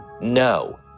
No